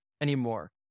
anymore